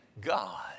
God